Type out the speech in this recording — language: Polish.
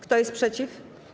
Kto jest przeciw?